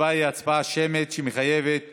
ההצבעה היא הצבעה שמית, שמחייבת